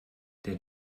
der